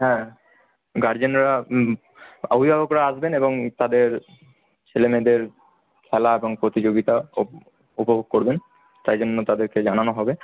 হ্যাঁ গার্জেনরা অভিভাবকরা আসবেন এবং তাদের ছেলেমেয়েদের খেলা এবং প্রতিযোগিতা উপভোগ করবেন তাইজন্য তাদেরকে জানানো হবে